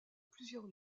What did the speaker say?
plusieurs